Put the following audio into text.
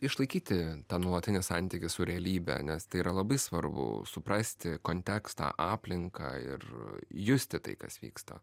išlaikyti tą nuolatinį santykį su realybe nes tai yra labai svarbu suprasti kontekstą aplinką ir justi tai kas vyksta